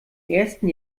ersten